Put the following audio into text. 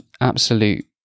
absolute